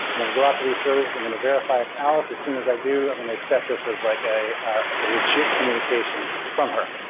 i'm going to go out to these services, i'm going to verify it's alice. as soon as i do, i'm going to accept this as like a ah as a legit communication from her.